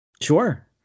Sure